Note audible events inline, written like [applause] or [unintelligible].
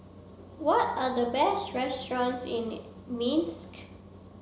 what are the best restaurants in [unintelligible] Minsk